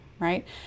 Right